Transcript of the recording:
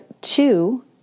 two